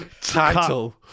Title